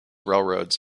railroads